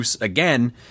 again